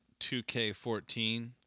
2K14